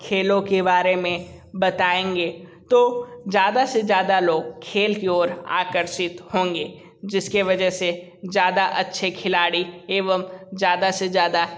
खेलों के बारे में बताएंगे तो ज़्यादा से ज़्यादा लोग खेल की ओर आकर्षित होंगे जिस की वजह से ज़्यादा अच्छे खिलाड़ी एवं ज़्यादा से ज़्यादा